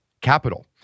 capital